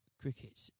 cricket